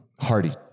Hardy